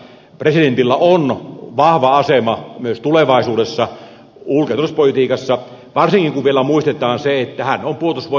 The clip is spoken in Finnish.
presidentillä on vahva asema myös tulevaisuudessa ulko ja turvallisuuspolitiikassa varsinkin kun vielä muistetaan se että hän on puolustusvoimien ylipäällikkö